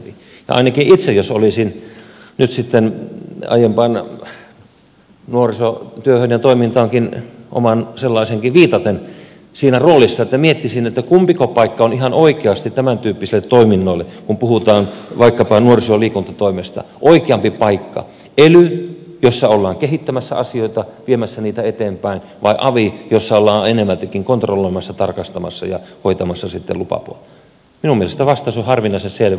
ainakin minun mielestäni jos olisin nyt sitten aiempaan nuorityöhön ja toimintaankin omaankin sellaiseen viitaten siinä roolissa että miettisin kumpiko paikka on ihan oikeasti tämäntyyppisille toiminnoille kun puhutaan vaikkapa nuoriso ja liikuntatoimesta oikeampi paikka ely jossa ollaan kehittämässä asioita viemässä niitä eteenpäin vai avi jossa ollaan enemmältikin kontrolloimassa tarkastamassa ja hoitamassa sitten lupapuolta vastaus on harvinaisen selvä